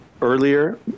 earlier